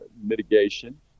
mitigation